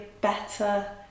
better